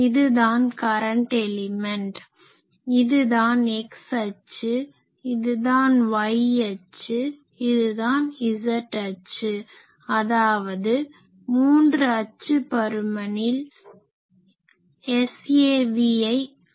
இதுதான் current element இதுதான் x அச்சு இதுதான் y அச்சு இதுதான் z அச்சு அதாவது மூன்று அச்சு பருமனில் Savஐ வரைவோம்